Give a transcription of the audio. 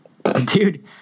Dude